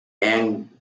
ang